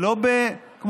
ולא בזוטי דברים,